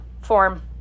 form